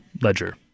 ledger